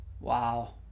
Wow